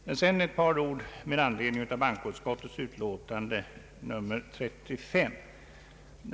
Sedan vill jag säga några ord med anledning av bankoutskottets utlåtande nr 335.